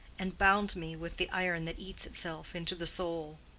and bound me with the iron that eats itself into the soul.